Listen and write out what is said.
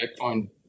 Bitcoin